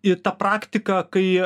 ir ta praktika kai